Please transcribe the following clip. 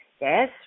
Yes